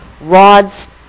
rods